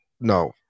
No